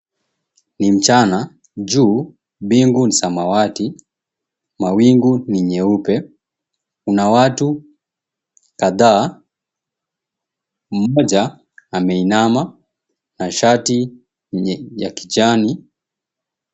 Ni mchana. Juu bingu ni samawati. Mawingu ni nyeupe. Kuna watu kadhaa. Mmoja ameinama na shati ya kijani.